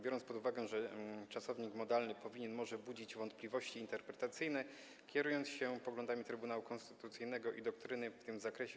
Biorąc pod uwagę, że czasownik modalny „powinien” może budzić wątpliwości interpretacyjne, kierując się poglądami Trybunału Konstytucyjnego i doktryny w tym zakresie